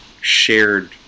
shared